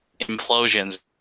implosions